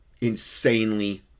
insanely